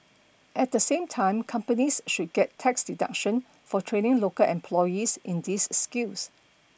at the same time companies should get tax deduction for training local employees in these skills